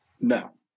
No